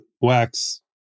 wax